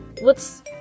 What's-